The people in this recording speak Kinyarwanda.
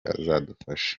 azadufasha